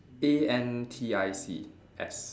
A N T I C S